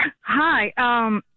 Hi